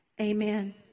Amen